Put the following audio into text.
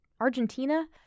Argentina